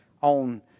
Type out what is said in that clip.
on